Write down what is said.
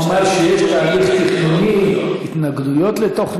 הוא אומר שיש תהליך תכנוני, התנגדויות לתוכניות.